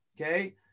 Okay